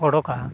ᱚᱰᱚᱠᱟ